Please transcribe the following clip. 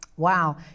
Wow